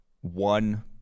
one